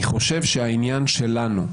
אני חושב שהעניין שלנו,